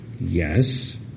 Yes